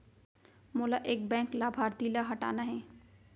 मोला एक बैंक लाभार्थी ल हटाना हे?